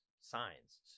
signs